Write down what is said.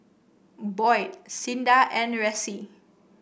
Boyd Cinda and Ressie